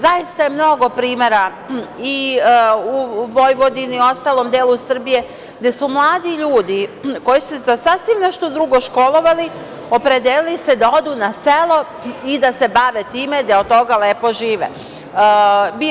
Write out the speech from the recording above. Zaista je mnogo primera i u Vojvodini i ostalom delu Srbije gde su mladi ljudi koji su se za sasvim nešto drugo školovali opredelili se da odu na selo i da se bave time, da od toga lepo žive.